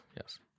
yes